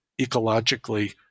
ecologically